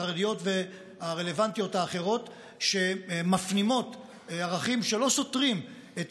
החרדיות והרלוונטיות האחרות מפנימות ערכים שלא סותרים את